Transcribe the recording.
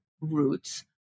roots